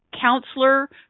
counselor